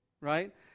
right